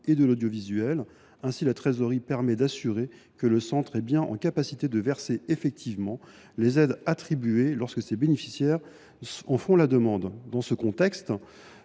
et de l’audiovisuel. Ainsi, la trésorerie permet d’assurer que le Centre peut effectivement verser les aides attribuées, lorsque ses bénéficiaires en font la demande. Dans ce contexte,